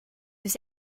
his